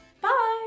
Bye